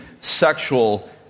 sexual